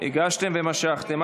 הגשתם ומשכתם.